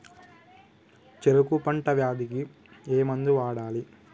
చెరుకు పంట వ్యాధి కి ఏ మందు వాడాలి?